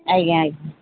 ଆଜ୍ଞା ଆଜ୍ଞା